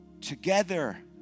together